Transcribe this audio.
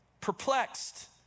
perplexed